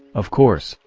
of course,